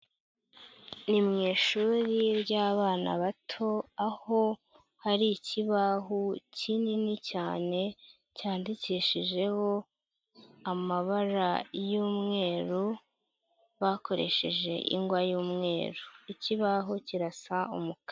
Ni mu ishuri ry'abana bato, aho hari ikibaho kinini cyane cyandikishijeho amabara y'umweru, bakoresheje ingwa y'umweru. Ikibaho kirasa umukara.